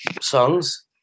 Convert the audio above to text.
songs